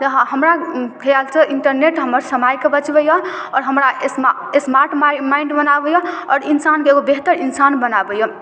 रहल हमरा खयालसँ इन्टरनेट हमर समयके बचबय यऽ आओर हमरा स्मा स्मार्ट माइ माइण्ड बनाबय यऽ आओर इंसानके एगो बेहतर इंसान बनाबय यऽ